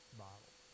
bottle